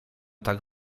tak